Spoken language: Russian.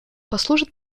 послужат